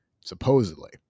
supposedly